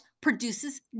produces